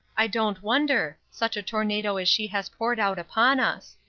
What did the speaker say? i don't wonder. such a tornado as she has poured out upon us!